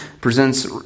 presents